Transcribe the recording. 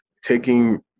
taking